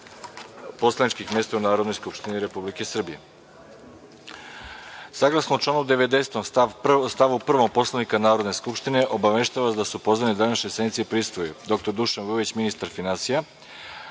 poslaničkih mesta u Narodnoj skupštini Republike Srbije. Saglasno članu 90. stav 1. Poslovnika Narodne skupštine, obaveštavam vas da su pozvani da današnjoj sednici prisustvuju: dr Dušan Vujović, minsitar finansija,